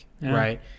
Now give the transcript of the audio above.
right